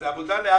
זו עבודה ל-443.